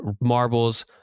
marbles